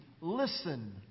Listen